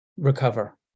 Recover